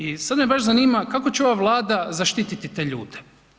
I sad me baš zanima kako će ova Vlada zaštititi te ljude.